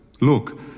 Look